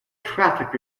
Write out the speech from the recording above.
traffic